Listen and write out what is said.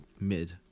Mid